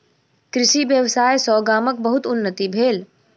कृषि व्यवसाय सॅ गामक बहुत उन्नति भेल